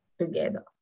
together